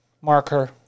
marker